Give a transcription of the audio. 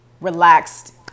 relaxed